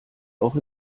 auch